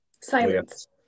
Silence